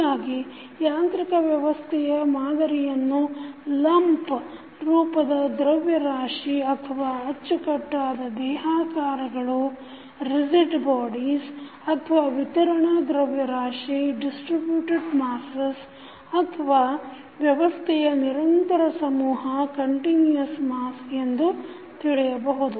ಹೀಗಾಗಿ ಯಾಂತ್ರಿಕ ವ್ಯವಸ್ಥೆಯ ಮಾದರಿಯನ್ನು ಲಂಪ್ ರೂಪದ ದ್ರವ್ಯರಾಶಿ ಅಥವಾ ಕಟ್ಟುನಿಟ್ಟಾದ ದೇಹಾಕಾರಗಳು ಅಥವಾ ವಿತರಣ ದ್ರವ್ಯರಾಶಿ ಅಥವಾ ವ್ಯವಸ್ಥೆಯ ನಿರಂತರ ಸಮೂಹ ಎಂದು ತಿಳಿಯಬಹುದು